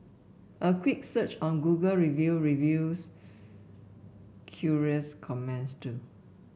a quick search on Google Review reveals curious comments too